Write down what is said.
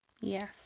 Yes